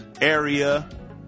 area